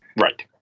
Right